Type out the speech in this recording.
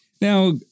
Now